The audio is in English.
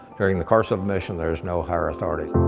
during the course of mission, there is no higher authority.